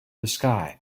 through